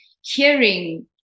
hearing